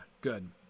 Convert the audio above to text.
good